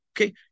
okay